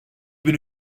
bin